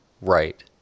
Right